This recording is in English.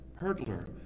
hurdler